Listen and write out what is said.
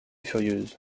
furieuse